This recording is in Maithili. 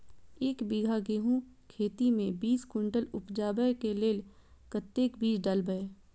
एक बीघा गेंहूँ खेती मे बीस कुनटल उपजाबै केँ लेल कतेक बीज डालबै?